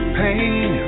pain